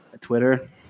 Twitter